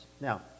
now